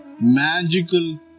magical